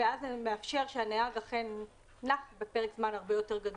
וזה מאפשר שהנהג אכן נח פרק זמן הרבה יותר גדול.